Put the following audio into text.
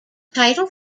title